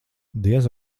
diez